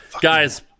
Guys